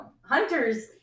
hunters